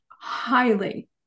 highly